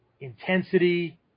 intensity